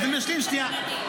כן, אני משלים, שנייה.